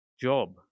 job